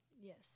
Yes